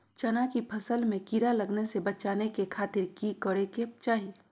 चना की फसल में कीड़ा लगने से बचाने के खातिर की करे के चाही?